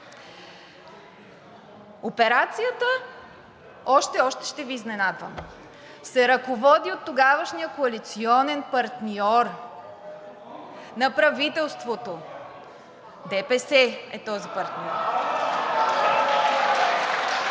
Операцията – още, още ще Ви изненадвам, се ръководи от тогавашния коалиционен партньор на правителството – ДПС е този партньор.